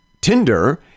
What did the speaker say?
Tinder